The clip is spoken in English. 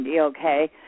okay